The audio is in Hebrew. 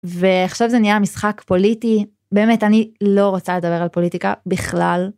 ועכשיו זה נהיה משחק פוליטי, באמת, אני לא רוצה לדבר על פוליטיקה, בכלל.